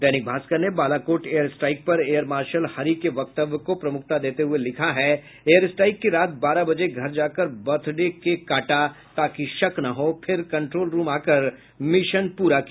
दैनिक भास्कर ने Balakot air strike पर air marshal Hari के वक्तव्य को प्रमुखता देते हये लिखा है एयरस्ट्राइक की रात बारह बजे घर जाकर बर्थडे केक काटा ताकि शक न हो फिर कंट्रोल रूम आकर मिशन पूरा किया